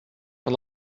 for